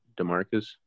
DeMarcus